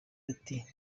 ati